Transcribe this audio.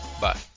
Bye